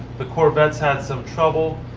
the corvettes had some trouble